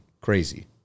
Crazy